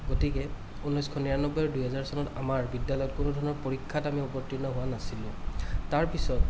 গতিকে ঊনৈছশ নিৰানব্বৈ আৰু দুহেজাৰ চনত আমাৰ বিদ্য়ালয়ত কোনো ধৰণৰ পৰীক্ষাত আমি অৱতীৰ্ণ হোৱা নাছিলোঁ তাৰপিছত